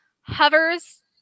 hovers